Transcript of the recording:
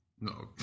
No